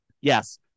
Yes